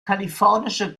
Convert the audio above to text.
kalifornische